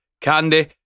Candy